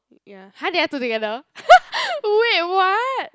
ya !huh! they are two together wait what